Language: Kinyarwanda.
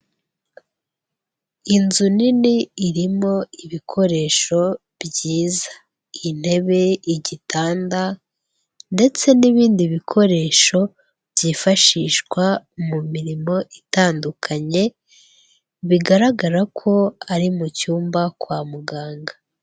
Inzu nini irimo ibikoresho byiza. Intebe, igitanda, ndetse n'ibindi bikoresho byifashishwa mu mirimo itandukanye bigaragara ko ari mu cyumba kwa muganga.